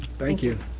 thank you.